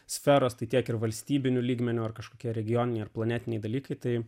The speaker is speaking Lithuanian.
sferos tai kiek ir valstybiniu lygmeniu ar kažkokia regioniniai ar planetiniai dalykai tai